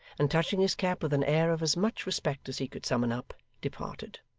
and touching his cap with an air of as much respect as he could summon up, departed.